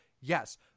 Yes